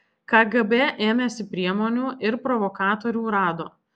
kgb ėmėsi priemonių ir provokatorių rado